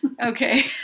Okay